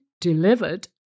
delivered